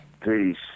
Peace